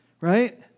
right